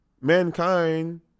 mankind